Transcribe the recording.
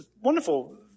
wonderful